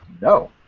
No